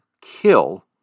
kill